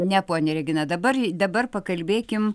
ne ponia regina dabar dabar pakalbėkim